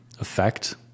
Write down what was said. effect